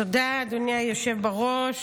תודה, אדוני היושב בראש.